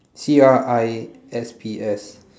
C R I S P S